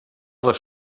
les